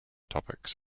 topics